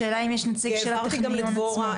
השאלה אם יש נציג של הטכניון עצמו.